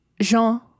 Jean